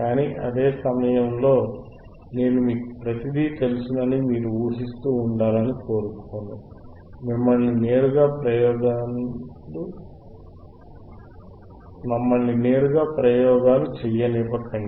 కానీ అదే సమయంలోనేను మీకు ప్రతిదీ తెలుసని మీరు ఊహిస్తూ ఉండాలని కోరుకోను మమ్మల్ని నేరుగా ప్రయోగాలు చేయనివ్వకండి